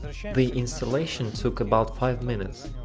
the installation took about five minutes.